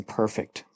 perfect